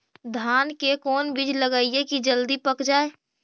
धान के कोन बिज लगईयै कि जल्दी पक जाए?